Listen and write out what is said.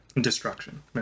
destruction